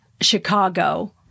Chicago